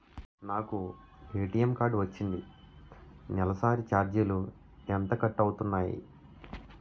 నాకు ATM card వచ్చింది నెలసరి ఛార్జీలు ఎంత కట్ అవ్తున్నాయి?